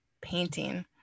painting